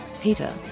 Peter